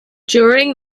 during